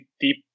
deep